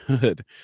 good